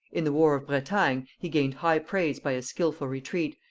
in the war of bretagne he gained high praise by a skilful retreat,